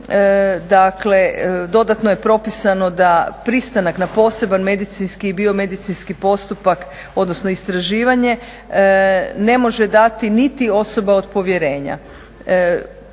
Dakle, dodatno je propisano da pristanak na poseban medicinski i biomedicinski postupak, odnosno istraživanje ne može dati niti osoba od povjerenja